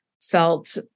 felt